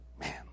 Man